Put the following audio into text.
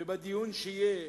ובדיון שיהיה